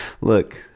Look